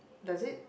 does it